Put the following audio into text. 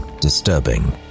disturbing